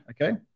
okay